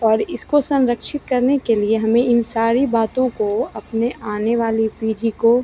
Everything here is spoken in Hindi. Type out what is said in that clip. और इसको संरक्षित करने के लिए हमें इन सारी बातों को अपने आने वाली पीढ़ी को